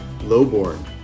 Lowborn